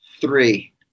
three